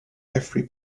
every